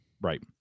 Right